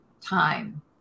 time